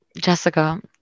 Jessica